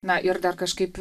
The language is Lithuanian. na ir dar kažkaip